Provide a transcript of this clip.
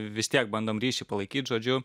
vis tiek bandom ryšį palaikyt žodžiu